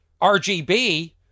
RGB